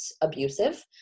abusive